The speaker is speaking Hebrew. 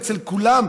אצל כולם,